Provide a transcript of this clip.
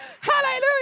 Hallelujah